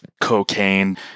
cocaine